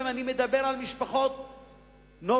ואני מדבר על משפחות נורמטיביות,